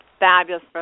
Fabulous